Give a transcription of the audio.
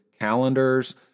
calendars